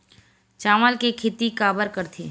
चावल के खेती काबर करथे?